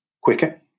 quicker